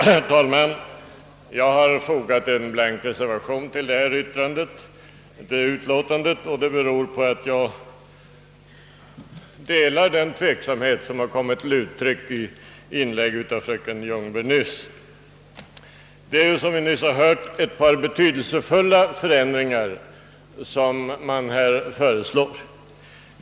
Herr talman! Att jag har fogat en blank reservation till denna punkt i utskottsutlåtandet beror på att jag delar den tveksamhet som har kommit till uttryck i fröken Ljungbergs inlägg. Det är, såsom vi nyss har hört, ett par betydelsefulla förändringar som här föreslås.